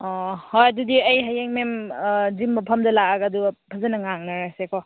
ꯑꯣ ꯍꯣꯏ ꯑꯗꯨꯗꯤ ꯑꯩ ꯍꯌꯦꯡ ꯃꯦꯝ ꯑꯥ ꯖꯤꯝ ꯃꯐꯝꯗ ꯂꯥꯛꯂꯒ ꯑꯗꯨꯒ ꯐꯖꯅ ꯉꯥꯡꯅꯔꯁꯦꯀꯣ